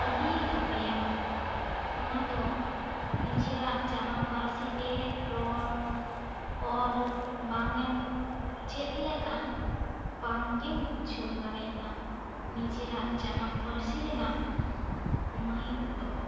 ᱟᱹᱰᱤ ᱜᱟᱵᱮᱭᱟ ᱚᱱᱟ ᱫᱚ ᱱᱤᱡᱮᱨᱟᱜ ᱡᱟᱱᱟᱢ ᱯᱟᱹᱨᱥᱤ ᱛᱮ ᱨᱚᱲ ᱚᱞ ᱵᱟᱝ ᱮᱢ ᱪᱮᱫ ᱞᱮᱠᱟᱱ ᱵᱟᱝᱜᱮᱢ ᱵᱩᱡᱷᱟᱹᱣ ᱫᱟᱲᱮᱭᱟᱜᱼᱟ ᱱᱤᱡᱮᱨᱟᱜ ᱡᱟᱱᱟᱢ ᱯᱟᱹᱨᱥᱤ ᱨᱮᱱᱟᱜ ᱢᱚᱦᱚᱛ ᱫᱚ